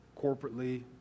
corporately